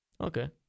Okay